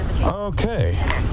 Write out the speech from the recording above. Okay